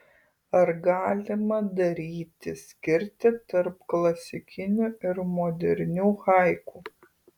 ar galima daryti skirtį tarp klasikinių ir modernių haiku